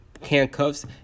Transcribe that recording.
handcuffs